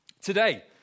Today